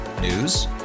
News